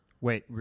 Wait